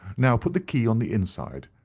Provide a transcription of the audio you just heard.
now put the key on the inside.